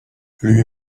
lui